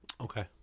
Okay